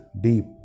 deep